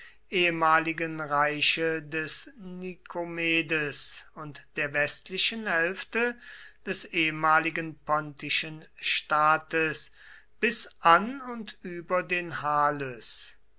ehemaligen reiche des nikomedes und der westlichen hälfte des ehemaligen pontischen staates bis an und über den halys